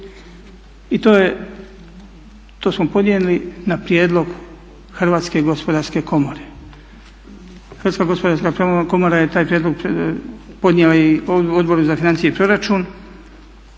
to smo podnijeli na prijedlog Hrvatske gospodarske komore. Hrvatska gospodarska komora je taj prijedlog podnijela i Odbor za financije i proračun